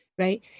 Right